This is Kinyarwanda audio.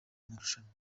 marushanwa